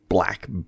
black